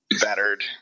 battered